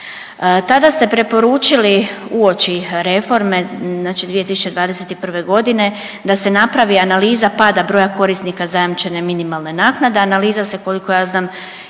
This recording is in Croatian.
Tada ste preporučili uoči reforme znači 2021. godine da se napravi analiza pada broja korisnika zajamčene minimalne naknade. Analiza se koliko ja znam još